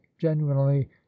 genuinely